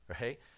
right